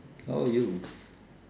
how about you